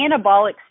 anabolic